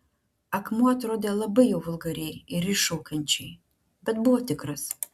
akmuo atrodė labai jau vulgariai ir iššaukiančiai bet buvo tikras